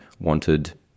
wanted